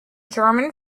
german